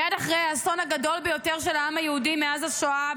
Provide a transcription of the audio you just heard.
מייד אחרי האסון הגדול ביותר של העם היהודי מאז השואה,